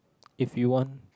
if you won